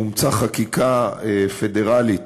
אומצה חקיקה פדרלית